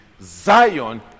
Zion